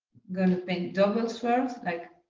gonna paint double swirls, like,